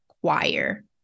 choir